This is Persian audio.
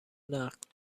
نقد